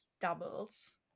doubles